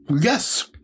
Yes